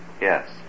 Yes